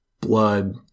blood